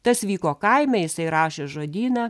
tas vyko kaime jisai rašė žodyną